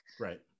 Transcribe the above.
right